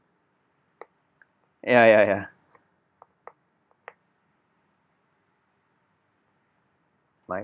ya ya ya my